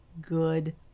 good